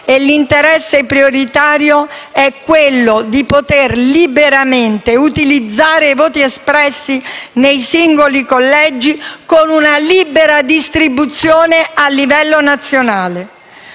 e l'interesse prioritario è quello di poter liberamente utilizzare i voti espressi nei singoli collegi con una libera distribuzione a livello nazionale.